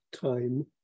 time